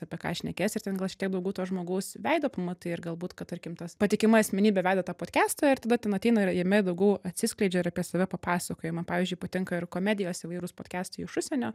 apie ką šnekės ir ten gal šiek tiek daugiau to žmogaus veido pamatai ir galbūt kad tarkim tas patikima asmenybė vedą tą podkestą ir tada ten ateina ir jame daugiau atsiskleidžia ir apie save papasakojimą pavyzdžiui patinka ir komedijos įvairūs podkestai iš užsienio